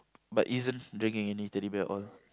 but isn't bringing any Teddy Bear all